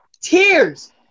tears